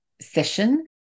session